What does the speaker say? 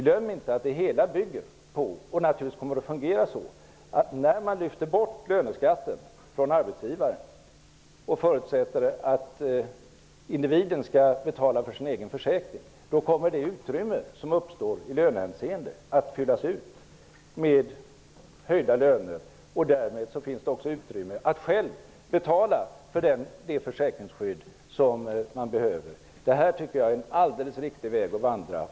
Glöm inte att det hela bygger på och kommer att fungera så, att när man lyfter bort löneskatten från arbetsgivaren och förutsätter att individen skall betala för sin egen försäkring, kommer det utrymme som uppstår i lönehänseende att fyllas ut med höjda löner. Därmed får man också utrymme att själv betala för det försäkringsskydd som man behöver. Detta tycker jag är en alldeles riktig väg att vandra.